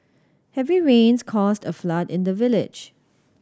heavy rains caused a flood in the village